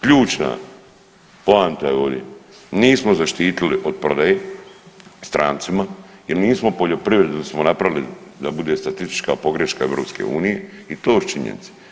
Ključna poanta je ovdje nismo zaštitili od prodaje strancima jer nismo poljoprivredu smo napravili da bude statistička pogreška EU i to su činjenice.